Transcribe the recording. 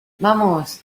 vamos